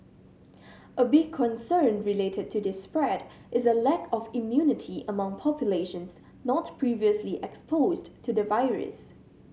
a big concern related to this spread is a lack of immunity among populations not previously exposed to the virus